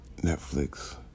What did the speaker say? Netflix